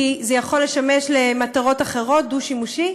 כי זה יכול לשמש למטרות אחרות, דו-שימושי.